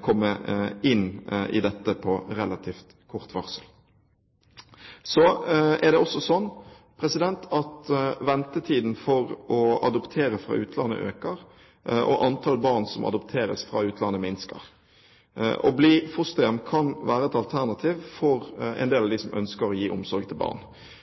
komme inn i dette på relativt kort varsel. Så er det også sånn at ventetiden for å adoptere fra utlandet øker, og antall barn som adopteres fra utlandet, minsker. Å bli fosterhjem kan være et alternativ for en del av dem som ønsker å gi omsorg til barn.